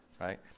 right